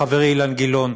חברי אילן גילאון,